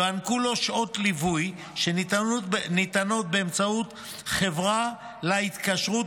יוענקו לו שעות ליווי שניתנות באמצעות חברה שיש לה התקשרות